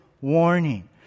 warning